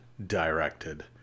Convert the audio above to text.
Directed